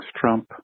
Trump